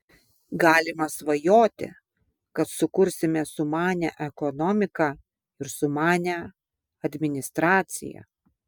galima svajoti kad sukursime sumanią ekonomiką ir sumanią administraciją